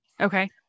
Okay